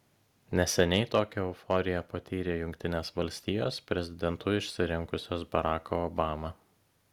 neseniai tokią euforiją patyrė jungtinės valstijos prezidentu išsirinkusios baracką obamą